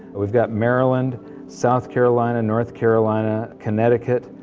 we've got maryland south carolina, north carolina, connecticut,